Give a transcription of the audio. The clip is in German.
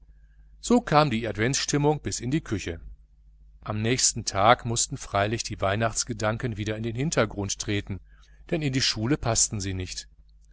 so kam die adventsstimmung bis in die küche am nächsten tag mußten freilich die weihnachtsgedanken wieder in den hintergrund treten denn in die schule paßten sie nicht